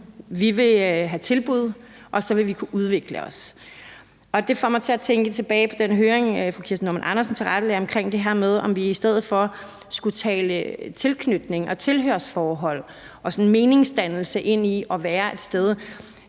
vi vil have tilbud, og så vil vi kunne udvikle os. Det får mig til at tænke tilbage på den høring, fru Kirsten Normann Andersen tilrettelagde, om det her med, om vi i stedet for skulle tale tilknytning, tilhørsforhold og meningsdannelse i forhold til at være et sted.